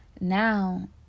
Now